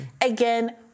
again